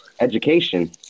education